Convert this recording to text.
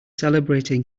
celebrating